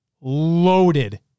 Loaded